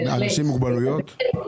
אנשים עם מוגבלויות.